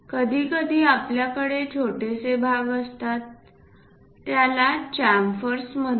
कधीकधी आपल्याकडे छोटेसे भाग असतात त्याला च्याम्फर्स म्हणतात